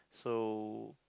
so